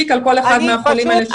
תיק על כל אחד מהחולים האלה.